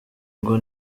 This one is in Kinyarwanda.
ngo